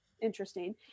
interesting